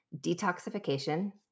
detoxification